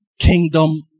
kingdom